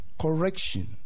correction